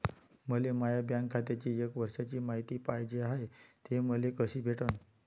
मले माया बँक खात्याची एक वर्षाची मायती पाहिजे हाय, ते मले कसी भेटनं?